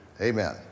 Amen